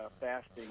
fasting